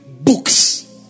Books